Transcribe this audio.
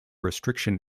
restriction